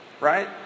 right